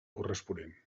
corresponent